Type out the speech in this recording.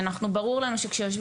ברור לנו איזה